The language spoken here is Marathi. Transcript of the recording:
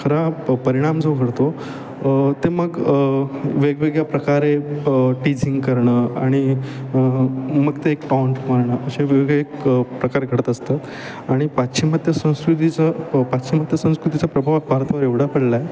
खरा परिणाम जो घडतो ते मग वेगवेगळ्या प्रकारे टीझींग करणं आणि मग ते एक टाँट मारणं असे वेगवेगळे क् प्रकार घडत असतात आणि पाश्चिमात्य संस्कृतीचं पाश्चिमात्य संस्कृतीचा प्रभाव भारतावर एवढा पडला आहे